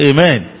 Amen